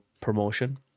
promotion